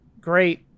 great